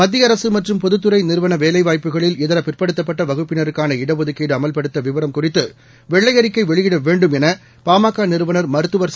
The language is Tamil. மத்திய அரசு மற்றும் பொதுத்துறை நிறுவன வேலைவாய்ப்புகளில் இதர பிற்படுத்தப்பட்ட வகுப்பினருக்கான இடஒதுக்கீடு அமவ்படுத்த விவரம் குறித்து வெள்ளை அறிக்கை வெளியிட வேண்டும் என பாமக நிறுவனர் மருத்துவர் ச